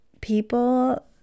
people